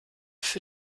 für